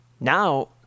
now